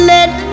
Let